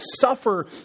suffer